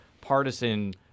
partisan